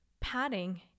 Padding